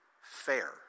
fair